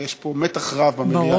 ויש פה מתח רב במליאה.